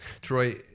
Troy